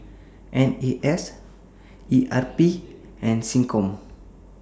N A S E R P and Seccom